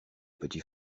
petit